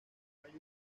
mayo